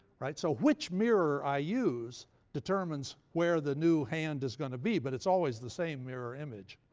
right? so which mirror i use determines where the new hand is going to be. but it's always the same mirror image.